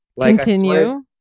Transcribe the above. Continue